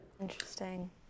Interesting